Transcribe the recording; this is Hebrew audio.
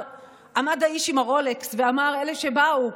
עמד האיש עם הרולקס ואמר על אלה שבאו,